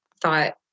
thought